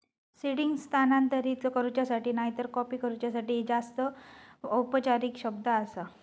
seeding स्थानांतरित करूच्यासाठी नायतर कॉपी करूच्यासाठी एक जास्त औपचारिक शब्द आसा